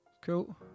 Cool